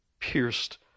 pierced